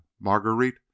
Marguerite